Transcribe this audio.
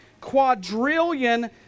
quadrillion